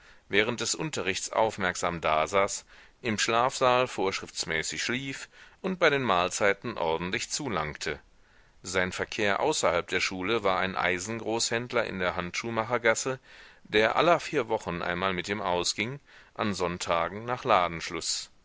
während des unterrichts aufmerksam dasaß im schlafsaal vorschriftsmäßig schlief und bei den mahlzeiten ordentlich zulangte sein verkehr außerhalb der schule war ein eisengroßhändler in der handschuhmachergasse der aller vier wochen einmal mit ihm ausging an sonntagen nach ladenschluß